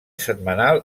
setmanal